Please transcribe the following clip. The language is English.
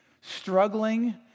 struggling